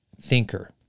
thinker